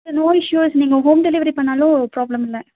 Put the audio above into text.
no issues நீங்கள் home delivery பண்ணாலும் problem இல்லை